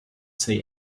say